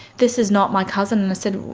this is not my cousin. i said,